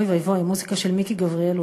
אוי ואבוי, מוזיקה של מיקי גבריאלוב.